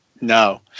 No